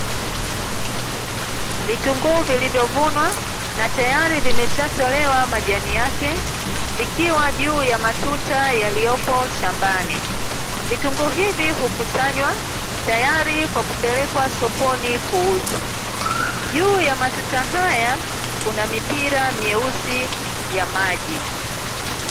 Vitunguu vilivyovunwa na tayari vimeshatolewa majani yake, vikiwa juu ya matuta yaliyopo shambani, vitunguu hivi hukusanywa tayari kwa kwa kupelekwa sokoni kuuzwa. Juu ya matuta haya kuna mipira myeusi ya maji.